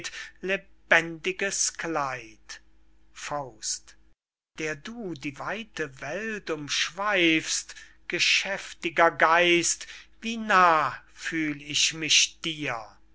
lebendiges kleid der du die weite welt umschweifst geschäftiger geist wie nah fühl ich mich dir